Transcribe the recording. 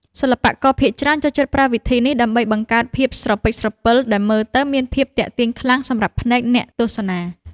សិល្បករភាគច្រើនចូលចិត្តប្រើវិធីនេះដើម្បីបង្កើតភាពស្រពេចស្រពិលដែលមើលទៅមានភាពទាក់ទាញខ្លាំងសម្រាប់ភ្នែកអ្នកទស្សនា។